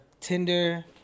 tinder